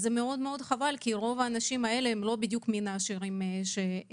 אז זה חבל כי רוב האנשים האלה הם לא בדיוק מהעשירים שבינינו.